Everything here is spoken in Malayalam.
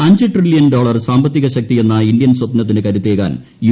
അഞ്ച് ട്രില്ല്യൻ ഡോളർ സാമ്പത്തിക ശക്തിയെന്ന ഇന്ത്യൻ സ്വപ്നത്തിന് കരുത്തേകാൻ യു